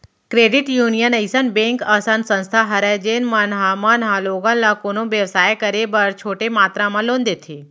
credit union अइसन bank असन संस्था हरय जेन मन ह मन ह लोगन ल कोनो बेवसाय करे बर छोटे मातरा म लोन देथे